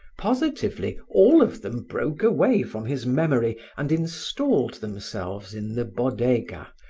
positively, all of them broke away from his memory and installed themselves in the bodega,